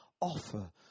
offer